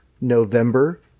November